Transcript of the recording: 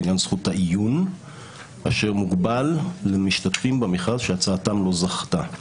בעניין זכות העיון אשר מוגבל למשתתפים במכרז שהצעתם לא זכתה.